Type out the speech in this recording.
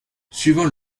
suivant